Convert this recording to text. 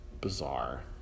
bizarre